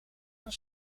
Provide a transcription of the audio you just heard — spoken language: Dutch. een